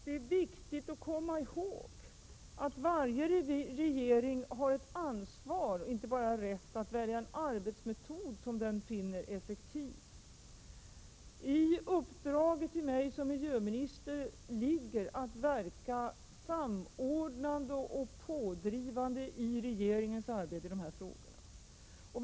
Det är viktigt att komma ihåg att varje regering har ett ansvar, inte bara en rätt att välja en arbetsmetod som den finner effektiv. I uppdraget till mig som miljöminister ligger att jag skall verka samordnande och pådrivande i regeringens arbete när det gäller dessa frågor.